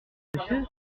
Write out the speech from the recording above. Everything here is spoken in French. monsieur